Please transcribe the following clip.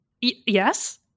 Yes